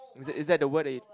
is that is that the word that you